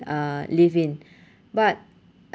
uh live in but